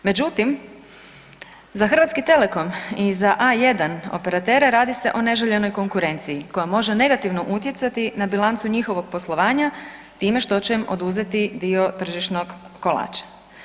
Međutim, za HT i za A1 operatere radi se o neželjenoj konkurenciji koja može negativno utjecati na bilancu njihovog poslovanja time što će im oduzeti dio tržišnog kolača.